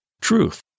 Truth